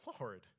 Lord